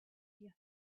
here